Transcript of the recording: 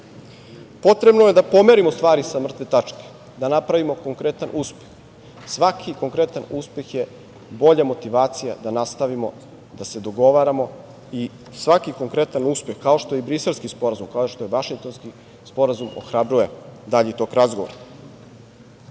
Potrebno je da pomerimo stvari sa mrtve tačke, da napravimo konkretan uspeh, svaki konkretan uspeh je bolja motivacija da nastavimo da se dogovaramo i svaki konkretan uspeh, kao što je i Briselski sporazum, kao što je i Vašingtonski sporazum, ohrabruje dalji tok razgovora. Poštovani